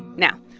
now,